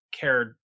cared